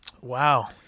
Wow